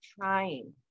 trying